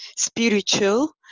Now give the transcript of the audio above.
spiritual